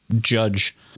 judge